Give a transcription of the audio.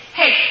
hey